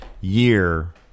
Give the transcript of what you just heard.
year